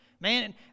Man